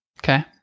Okay